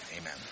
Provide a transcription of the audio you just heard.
Amen